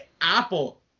Apple